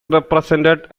represented